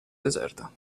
deserta